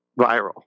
viral